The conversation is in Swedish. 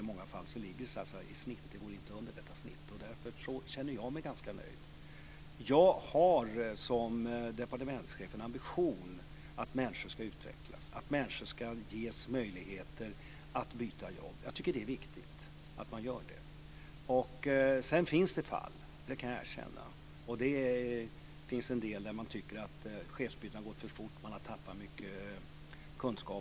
I många fall går man inte under detta snitt. Därför känner jag mig ganska nöjd. Som departementschef har jag ambitionen att människor ska utvecklas, att människor ska ges möjligheter att byta jobb; jag tycker att det är viktigt att man gör det. I en del fall - det kan jag erkänna - tycker man att chefsbytena gått för fort och att mycket kunskaper gått förlorade.